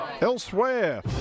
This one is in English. Elsewhere